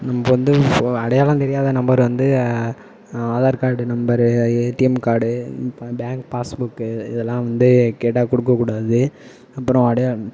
நம்ம வந்து இப்போது அடையாளம் தெரியாத நபர் வந்து Aadhaar card number ATM card அப்பறம் பேங்க் பாஸ்புக்கு இதெல்லாம் வந்து கேட்டால் கொடுக்கக் கூடாது அப்பறம் அடையா